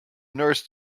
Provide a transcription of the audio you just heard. nurse